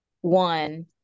One